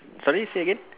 sorry say again